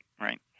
right